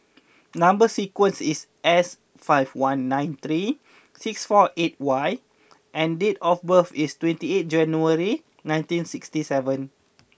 number sequence is S five one nine three six four eight Y and date of birth is twenty eighth January nineteen sixty seven